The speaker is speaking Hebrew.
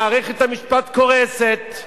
מערכת המשפט קורסת,